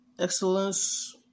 Excellence